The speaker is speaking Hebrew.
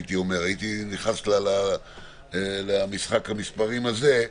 הייתי נכנס למשחק המספרים הזה,